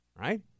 right